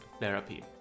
therapy